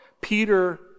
Peter